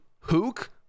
Hook